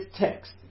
text